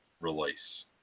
release